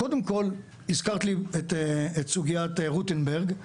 קודם כל, הזכרת לי את סוגיית רוטנברג,